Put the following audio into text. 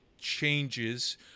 changes